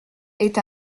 est